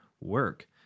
work